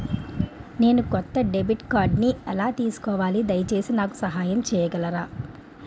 నేను కొత్త డెబిట్ కార్డ్ని ఎలా తీసుకోవాలి, దయచేసి నాకు సహాయం చేయగలరా?